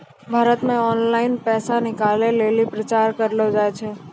भारत मे ऑनलाइन पैसा निकालै लेली प्रचार करलो जाय छै